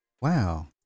Wow